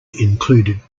included